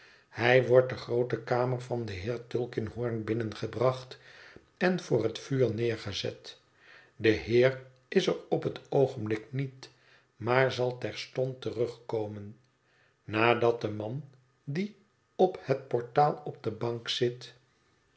hij wordt de groote kamer van den heer tulkinghorn binnengebracht en voor het vuur neergezet de heer is er op het oogenblik niet maar zal terstond terugkomen nadat de man die op het portaal op de bank zit